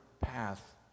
path